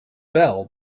bell